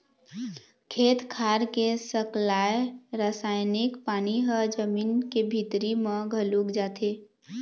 खेत खार के सकलाय रसायनिक पानी ह जमीन के भीतरी म घलोक जाथे